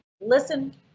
listen